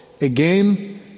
again